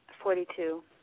Forty-two